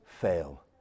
fail